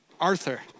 Arthur